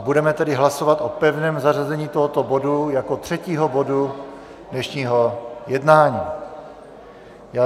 Budeme tedy hlasovat o pevném zařazení tohoto bodu jako třetího bodu dnešního jednání.